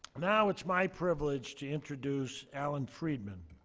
now it's my privilege to introduce alan friedman,